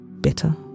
bitter